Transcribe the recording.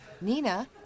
Nina